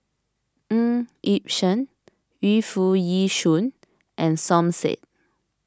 Ng Yi Sheng Yu Foo Yee Shoon and Som Said